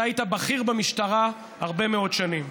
אתה היית בכיר במשטרה הרבה מאוד שנים,